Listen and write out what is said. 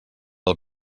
del